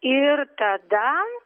ir tada